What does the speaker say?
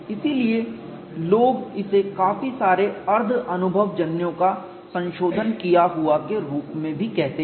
इसलिए लोग इसे काफी सारे अर्ध अनुभवजन्यों का संशोधन किया हुए के रूप में भी कहते हैं